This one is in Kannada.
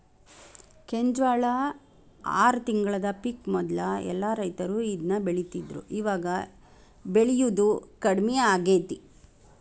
ಕೆಂಜ್ವಾಳ ಆರ ತಿಂಗಳದ ಪಿಕ್ ಮೊದ್ಲ ಎಲ್ಲಾ ರೈತರು ಇದ್ನ ಬೆಳಿತಿದ್ರು ಇವಾಗ ಬೆಳಿಯುದು ಕಡ್ಮಿ ಆಗೇತಿ